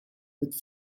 with